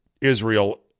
Israel